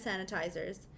sanitizers